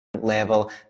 level